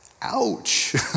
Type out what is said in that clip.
Ouch